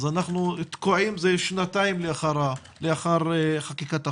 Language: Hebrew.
ואנחנו תקועים זה שנתיים לאחר חקיקת החוק.